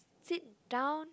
sit down